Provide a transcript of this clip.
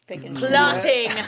Plotting